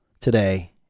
today